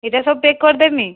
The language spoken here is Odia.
ଏଇଟା ସବୁ ପ୍ୟାକ୍ କରଦେମି